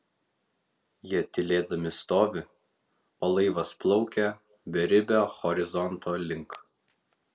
jie tylėdami stovi o laivas plaukia beribio horizonto link